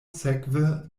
sekve